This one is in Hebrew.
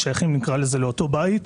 ושייכים לאותו בית.